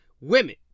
women